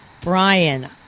Brian